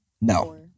No